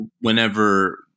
whenever